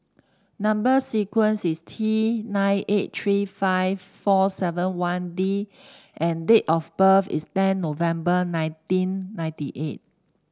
number sequence is T nine eight three five four seven one D and date of birth is ten November nineteen ninety eight